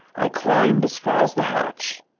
i climbed as far as the hatch.